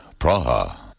Praha